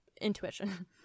intuition